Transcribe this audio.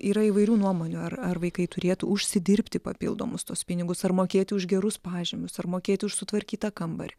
yra įvairių nuomonių ar ar vaikai turėtų užsidirbti papildomus tuos pinigus ar mokėti už gerus pažymius ar mokėti už sutvarkytą kambarį